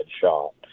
shot